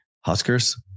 Huskers